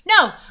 no